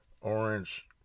Orange